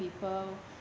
people